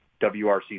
WRC